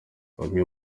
bamwe